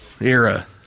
era